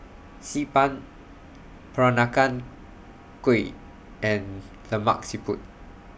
Xi Ban Peranakan Kueh and Lemak Siput